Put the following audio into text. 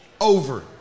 over